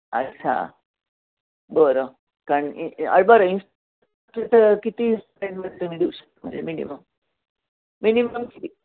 अच्छा बरं कारण बरं इं किती तुम्ही देऊ श म्हणजे मिनिमम मिनिमम किती